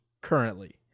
Currently